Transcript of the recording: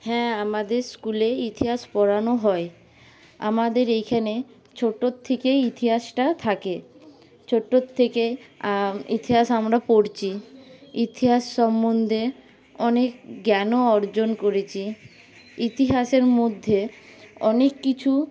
হ্যাঁ আমাদের স্কুলে ইতিহাস পড়ানো হয় আমাদের এইখানে ছোটোর থেকেই ইতিহাসটা থাকে ছোটোর থেকে ইতিহাস আমরা পড়ছি ইতিহাস সম্বন্ধে অনেক জ্ঞানও অর্জন করেছি ইতিহাসের মধ্যে অনেককিছু